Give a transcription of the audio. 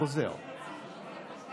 רגע, רגע, יש ח"כים שיצאו.